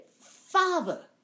Father